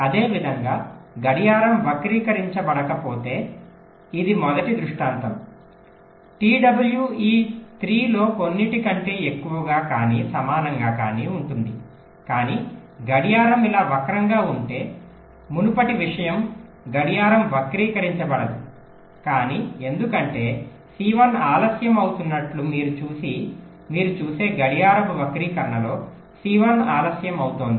అదే విధంగా గడియారం వక్రీకరించబడకపోతే ఇది మొదటి దృష్టాంతం t w ఈ 3 లో కొన్నింటి కంటే ఎక్కువగా కానీ సమానంగా కానీ ఉంటుంది కానీ గడియారం ఇలా వక్రంగా ఉంటే మునుపటి విషయం గడియారం వక్రీకరించబడదు కానీ ఎందుకంటే C1 ఆలస్యం అవుతున్నట్లు మీరు చూసే గడియారపు వక్రీకరణలో C1 ఆలస్యం అవుతోంది